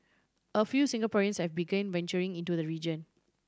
a few Singaporeans have begun venturing into the region